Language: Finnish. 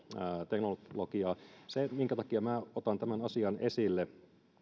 teknologiaa se minkä takia minä otan tämän asian esille